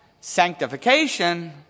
sanctification